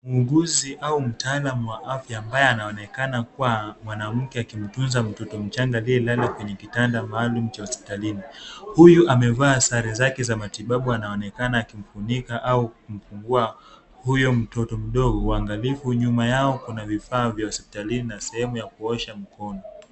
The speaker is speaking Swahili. Muuguzi au mtaalamu wa afya ambaye anaonekana kuwa mwanamke akimtunza mtoto mchanga aliyelala kwenye kitanda maalum cha hospitalini. Huyu amevaa sare zake za matibabu. Anaonekana akimfunika au kumfungua huyo mtoto mdogo. Uangalifu nyuma yao kuna vifaa vya hospitalini na sehemu ya kuosha mkono.